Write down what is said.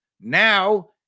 Now